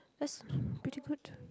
that's pretty good